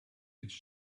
it’s